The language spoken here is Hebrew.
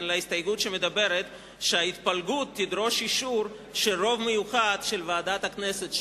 להסתייגות שמדברת שההתפלגות תדרוש אישור של רוב מיוחד של ועדת הכנסת,